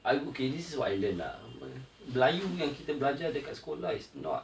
I okay this is what I learn lah melayu yang kita belajar dekat sekolah is not